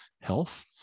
health